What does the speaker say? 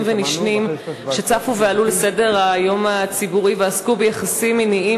ונשנים שצפו ועלו על סדר-היום הציבורי ועסקו ביחסים מיניים